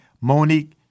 Monique